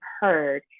heard